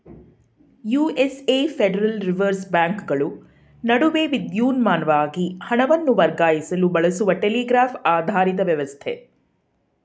USA Federal Reserve ಬ್ಯಾಂಕ್ಗಳು ನಡುವೆ ವಿದ್ಯುನ್ಮಾನವಾಗಿ ಹಣವನ್ನು ವರ್ಗಾಯಿಸಲು ಬಳಸುವ ಟೆಲಿಗ್ರಾಫ್ ಆಧಾರಿತ ವ್ಯವಸ್ಥೆ